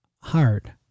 hard